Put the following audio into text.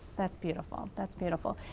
that's beautiful. um that's beautiful.